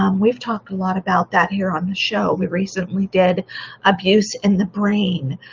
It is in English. um we've talked a lot about that here on the show. we recently did abuse and the brain.